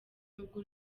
n’ubwo